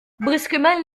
brusquement